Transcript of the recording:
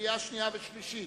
קריאה שנייה ושלישית.